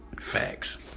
Facts